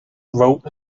wrote